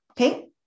Okay